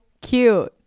cute